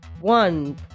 One